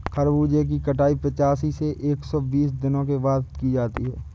खरबूजे की कटाई पिचासी से एक सो बीस दिनों के बाद की जाती है